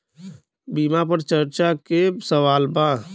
बीमा पर चर्चा के सवाल बा?